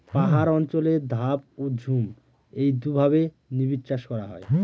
পাহাড় অঞ্চলে ধাপ ও ঝুম এই দুইভাবে নিবিড়চাষ করা হয়